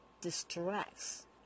distracts